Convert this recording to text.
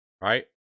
right